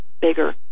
bigger